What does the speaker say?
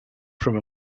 from